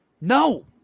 No